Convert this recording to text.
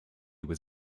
was